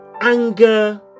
anger